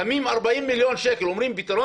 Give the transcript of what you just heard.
שמים 40 מיליון שקל ואומרים שזה פתרון